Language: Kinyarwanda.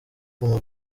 guma